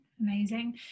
Amazing